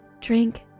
drink